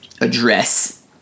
address